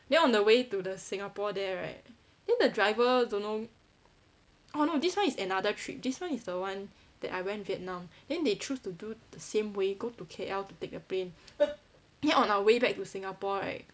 then on the way to the singapore there right then the driver don't know oh no this one is another trip this one is the one that I went vietnam then they choose to do the same way go to K_L to take the plane then on our way back to singapore right